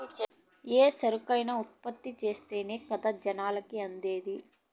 ఏ సరుకైనా ఉత్పత్తి చేస్తేనే కదా జనాలకి అందేది